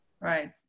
Right